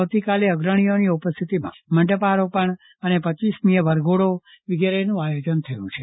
આવતીકાલે અતીથીઓની ઉપસ્થિતિમાં મંડપારોપણ અને રપમીએ વરઘોડો વિગેરેનું આયોજન થયું છે